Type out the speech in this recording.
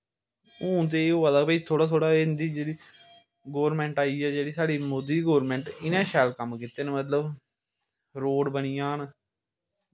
हून ते एह् होआ दा भाई थोह्ड़ा थोह्ड़ा एह् इंदी जेह्ड़ी गौरमैंट आई ऐ जेह्ड़ी साढ़ी मोदी गौरमैंट इनैं शैल कम्म कीते न मतलव रोड़ बनी जान